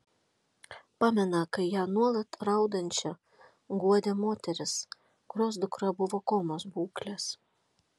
pamena kai ją nuolat raudančią guodė moteris kurios dukra buvo komos būklės